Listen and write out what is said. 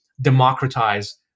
democratize